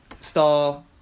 star